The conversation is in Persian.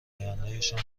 آیندهشان